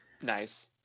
Nice